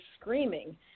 screaming